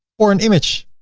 or an image.